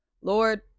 Lord